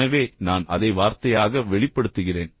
எனவே நான் அதை வார்த்தையாக வெளிப்படுத்துகிறேன்